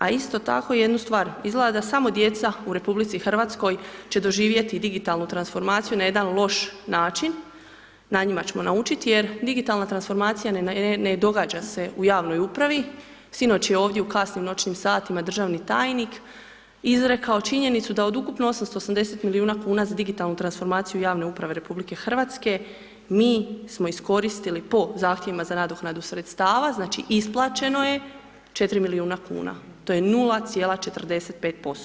A isto tako jednu stvar, izgleda da samo djeca u Republici Hrvatskoj će doživjeti digitalnu transformaciju na jedan loš način, na njima ćemo naučiti, jer digitalna transformacija ne događa se u javnoj upravi, sinoć je ovdje u kasnim noćnim satima državni tajnik izrekao činjenicu da od ukupno 880 milijuna kuna za digitalnu transformaciju javne uprave Republike Hrvatske, mi smo iskoristili po zahtjevima za nadoknadu sredstava, znači isplaćeno je 4 milijuna kuna, to je 0,45%